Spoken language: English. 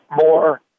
more